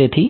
તેથી